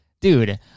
dude